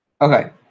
Okay